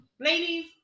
ladies